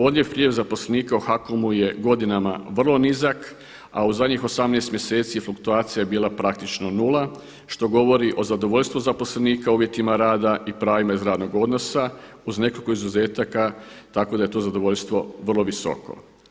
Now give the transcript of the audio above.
Odljev-priljev zaposlenika u HAKOM-u je godinama vrlo nizak, a u zadnjih 18 mjeseci fluktuacija je bila praktično nula, što govori o zadovoljstvu zaposlenika u uvjetima rada i pravima iz radnog odnosa uz nekoliko izuzetaka tako da je to zadovoljstvo vrlo visoko.